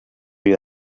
you